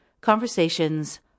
conversations